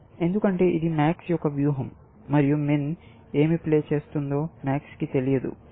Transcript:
ఎందుకంటే ఇది MAX యొక్క వ్యూహం మరియు MIN ఏమి ప్లే చేస్తుందో MAX కి తెలియదు